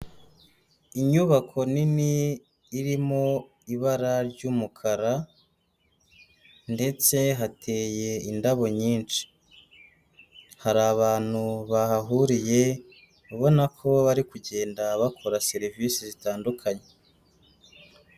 Inyubako nini irimo ibara ry'umukara ndetse hateye indabo nyinshi, hari abantu bahahuriye ubona ko bari kugenda bakora serivisi zitandukanye.